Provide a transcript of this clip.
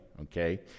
Okay